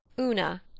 Una